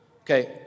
okay